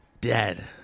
dead